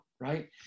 right